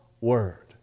word